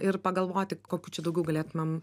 ir pagalvoti kokių čia daugiau galėtmėm